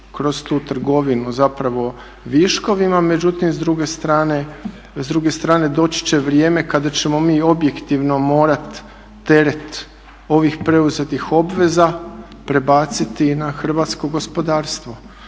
kroz tu trgovinu zapravo viškovima. Međutim, s druge strane doći se vrijeme kada ćemo mi objektivno morati teret ovih preuzetih obveza prebaciti na hrvatsko gospodarstvo.